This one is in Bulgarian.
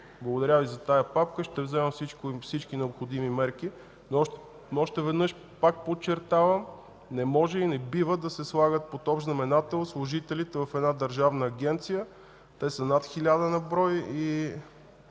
Благодаря Ви за тази папка, ще взема всички необходими мерки. Още веднъж, пак подчертавам, не може и не бива да се слагат под общ знаменател служителите в една държавна агенция. Те са над 1000 на брой и